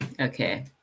Okay